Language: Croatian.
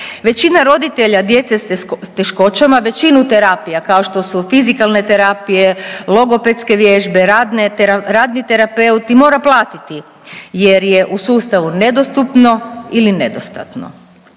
Većina roditelja djece s teškoćama većinu terapija kao što su fizikalne terapije, logopedske vježbe, radne, radni terapeuti mora platiti jer je u sustavu nedostupno ili nedostatno.